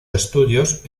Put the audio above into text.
estudios